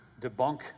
debunk